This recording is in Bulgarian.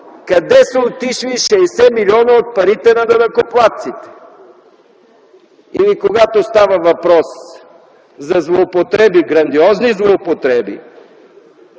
къде са отишли 60 милиона от парите на данъкоплатците? Или когато става въпрос за злоупотреби, грандиозни злоупотреби